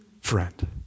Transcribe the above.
friend